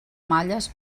malles